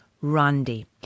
Randy